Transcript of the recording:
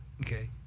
Okay